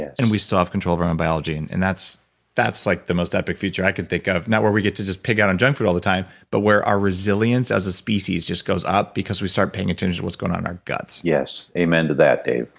and we still have control of our own biology and and yes that's like the most epic future i could think of, not where we get to just pick out on junkfood all the time, but where our resilience as a species just goes up because we start paying attention to what's going on in our guts yes, amen to that, dave.